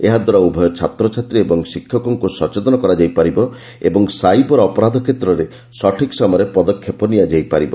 ଏହା ଦ୍ୱାରା ଉଭୟ ଛାତ୍ରଛାତ୍ରୀ ଓ ଶିକ୍ଷକମାନଙ୍କୁ ସଚେତନ କରାଯାଇ ପାରିବ ଓ ସାଇବର ଅପରାଧ କ୍ଷେତ୍ରରେ ଠିକ୍ ସମୟରେ ପଦକ୍ଷେପ ନିଆଯାଇ ପାରିବ